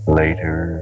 later